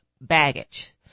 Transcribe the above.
baggage